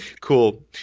Cool